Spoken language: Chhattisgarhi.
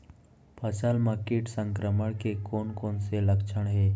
फसल म किट संक्रमण के कोन कोन से लक्षण हे?